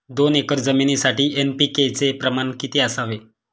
दोन एकर जमीनीसाठी एन.पी.के चे प्रमाण किती असावे?